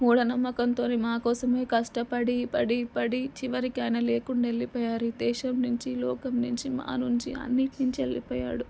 మూఢ నమ్మకంతోని మాకోసమే కష్టపడి పడి పడి చివరికి ఆయన లేకుండా వెళ్ళిపోయారు ఈ దేశం నుంచి లోకం నుంచి మా నుంచి అన్నిటి నుంచి వెళ్ళిపోయాడు